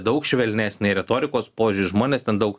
daug švelnesnė ir retorikos požiūriu žmonės ten daug